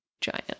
giant